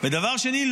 ודבר שני,